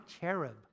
cherub